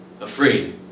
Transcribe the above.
afraid